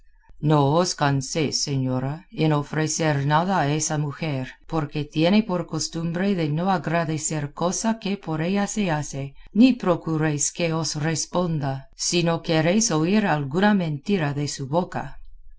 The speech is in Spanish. no os canséis señora en ofrecer nada a esa mujer porque tiene por costumbre de no agradecer cosa que por ella se hace ni procuréis que os responda si no queréis oír alguna mentira de su boca